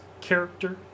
character